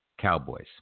Cowboys